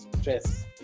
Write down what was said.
stress